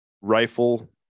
rifle